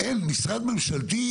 אבל משרד ממשלתי,